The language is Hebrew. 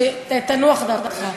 שתנוח דעתך.